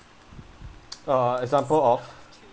uh example of